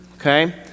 okay